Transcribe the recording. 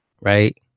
Right